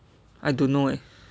I don't know leh